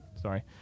Sorry